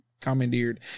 commandeered